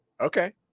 Okay